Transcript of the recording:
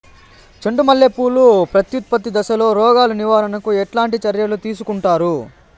చెండు మల్లె పూలు ప్రత్యుత్పత్తి దశలో రోగాలు నివారణకు ఎట్లాంటి చర్యలు తీసుకుంటారు?